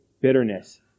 bitterness